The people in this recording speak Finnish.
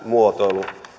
muotoilua